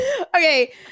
okay